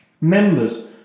Members